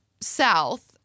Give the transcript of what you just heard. south